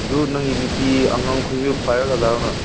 ꯑꯗꯨ ꯅꯪꯒꯤ ꯅꯨꯄꯤ ꯑꯉꯥꯡ ꯈꯣꯏꯁꯨ ꯄꯥꯏꯔꯒ ꯂꯥꯛꯎꯅ